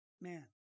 Man